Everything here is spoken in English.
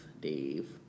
Dave